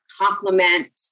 complement